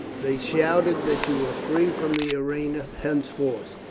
they shouted that you were free from the arena henceforth.